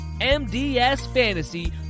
MDSFANTASY